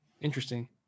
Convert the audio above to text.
interesting